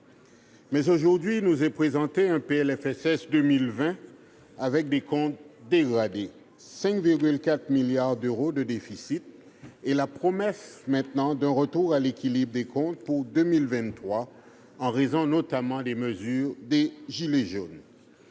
Mais aujourd'hui, nous est présenté un PLFSS 2020 avec des comptes dégradés, en déficit de 5,4 milliards d'euros, et la promesse d'un retour à l'équilibre des comptes pour 2023, en raison notamment des mesures « gilets jaunes